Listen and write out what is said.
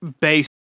base